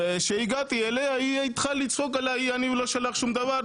כשהגעתי אליה היא התחילה לצעוק עליי יניב לא שלח שום דבר,